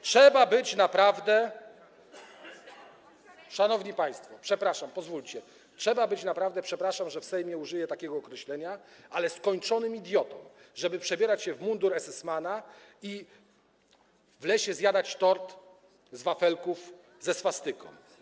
Trzeba być naprawdę - szanowni państwo, przepraszam, pozwólcie - trzeba być naprawdę, przepraszam, że w Sejmie użyję takiego określenia, skończonym idiotą, żeby przebierać się w mundur esesmana i w lesie zjadać tort ze swastyką z wafelków.